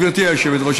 גברתי היושבת-ראש,